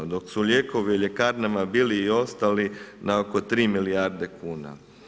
Dok su lijekovi u ljekarnama bili i ostali na oko 3 milijarde kuna.